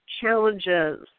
challenges